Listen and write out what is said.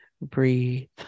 breathe